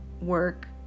work